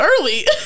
early